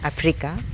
Africa